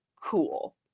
cool